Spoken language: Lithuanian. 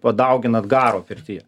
padauginat garo pirty